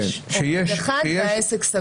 כשיש עובד אחד והעסק סגור.